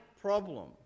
problem